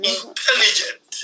Intelligent